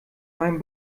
mein